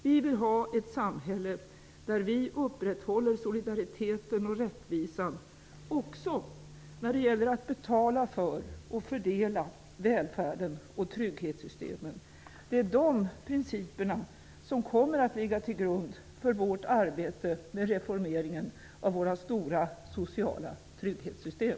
Vi vill ha ett samhälle där vi upprätthåller solidariteten och rättvisan också när det gäller att betala för trygghetssystemen och fördela välfärden. Det är de principerna som kommer att ligga till grund för vårt arbete med reformeringen av våra stora sociala trygghetssystem.